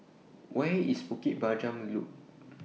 Where IS Bukit Panjang Loop